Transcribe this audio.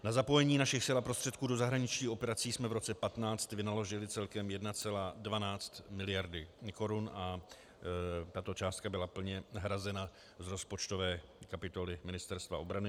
Na zapojení našich sil a prostředků do zahraničních operací jsme v roce 2015 vynaložili celkem 1,12 mld. korun a tato částka byla plně hrazena z rozpočtové kapitoly Ministerstva obrany.